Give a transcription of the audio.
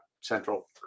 Central